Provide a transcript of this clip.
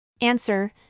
Answer